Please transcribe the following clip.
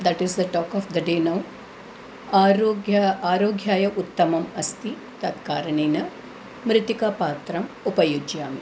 that is the talk of the day now आरोग्याय आरोग्याय उत्तमम् अस्ति तत्कारणेन मृत्तिकापात्रम् उपयुज्यामि